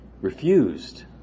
refused